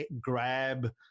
grab